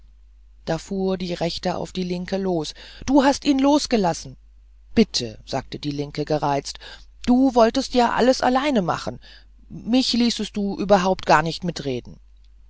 da fuhr die rechte auf die linke los du hast ihn losgelassen bitte sagte die linke gereizt du wolltest ja alles allein machen mich ließest du ja überhaupt gar nicht mitreden